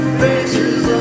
faces